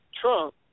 Trump